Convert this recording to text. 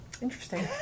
interesting